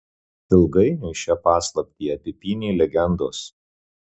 ilgainiui šią paslaptį apipynė legendos